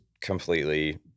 completely